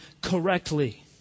correctly